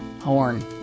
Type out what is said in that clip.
Horn